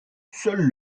seul